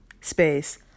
space